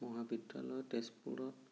মহাবিদ্যালয় তেজপুৰত